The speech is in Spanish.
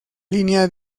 línea